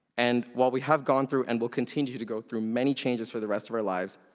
and while we have gone through and will continue to go through many changes for the rest of our lives,